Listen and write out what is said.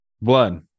blood